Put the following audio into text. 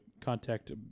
contact